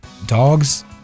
dogs